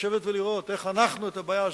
לשבת ולראות איך אנחנו פותרים את הבעיה הזאת.